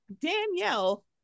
Danielle